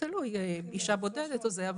תלוי בסטטוס אם היא אישה בודדת וזה.